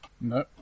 No